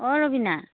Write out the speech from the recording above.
অঁ ৰবীনা